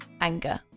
anger